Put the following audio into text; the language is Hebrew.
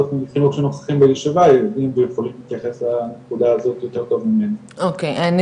החינוך שנוכחים בישיבה יכולים להתייחס לנקודה הזאת יותר טוב ממני.